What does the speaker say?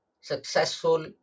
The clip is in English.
successful